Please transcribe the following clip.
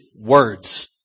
words